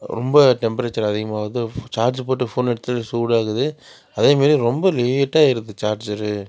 ரொம்ப டெம்பரேச்சர் அதிகமாகுது சார்ஜ் போட்டு ஃபோனை எடுத்தாலே சூடாகுது அதே மாரி ரொம்ப லேட்டாக ஏறுது சார்ஜர்